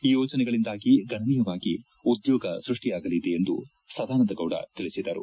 ಈ ಯೋಜನೆಗಳಿಂದ ಗಣನೀಯವಾಗಿ ಉದ್ಲೋಗ ಸ್ಟಷ್ಷಿಯಾಗಲಿದೆ ಎಂದು ಸದಾನಂದ ಗೌಡ ತಿಳಿಸಿದರು